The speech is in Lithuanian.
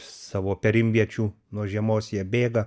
savo perimviečių nuo žiemos jie bėga